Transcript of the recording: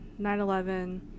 9-11